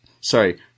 sorry